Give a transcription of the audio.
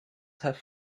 have